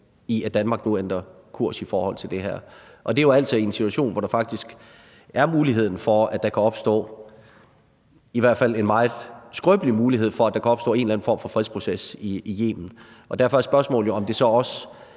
i, at Danmark nu ændrer kurs i forhold til det her. Og det er jo altså i en situation, hvor der i hvert fald er en meget skrøbelig mulighed for, at der kan opstå en eller anden form for fredsproces i Yemen. Og derfor er spørgsmålet, om det så også